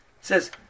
says